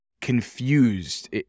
confused